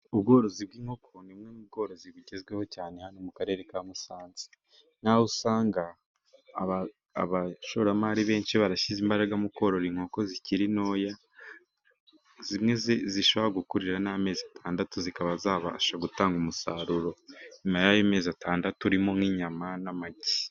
Ubworozi bw'inkoko ni bumwe mu bworozi bugezweho cyane hano mu karere ka Musanze, n'aho usanga abashoramari benshi barashyize imbaraga mu korora inkoko zikiri ntoya, zimwe zishobora gukurira n'amezi atandatu zikaba zabasha gutanga umusaruro nyuma y'ayo mezi atandatu, urimo nk'inyama n'amagi.